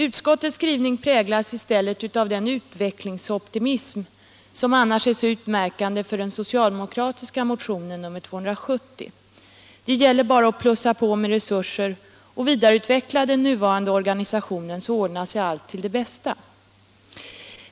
Utskottets skrivning präglats i stället av den utvecklingsoptimism som annars är så utmärkande för den socialdemokratiska motionen 270. Det gäller bara att plussa på med resurser och vidareutveckla den nuvarande organisationen, så ordnar sig allt till det bästa.